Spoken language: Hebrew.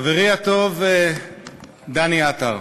חברי הטוב דני עטר,